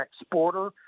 exporter